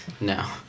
No